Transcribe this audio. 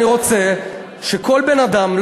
אני רוצה שכל בן-אדם,